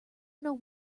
know